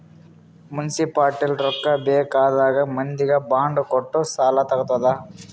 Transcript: municipality ರೊಕ್ಕಾ ಬೇಕ್ ಆದಾಗ್ ಮಂದಿಗ್ ಬಾಂಡ್ ಕೊಟ್ಟು ಸಾಲಾ ತಗೊತ್ತುದ್